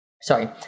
sorry